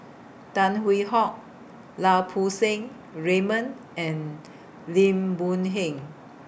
Tan Hwee Hock Lau Poo Seng Raymond and Lim Boon Heng